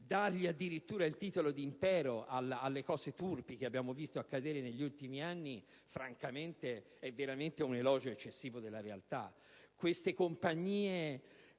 Dare addirittura il titolo di impero alle cose turpi che abbiamo visto accadere negli ultimi anni è veramente un elogio eccessivo della realtà. Queste compagnie